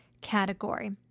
category